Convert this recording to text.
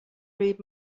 read